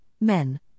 men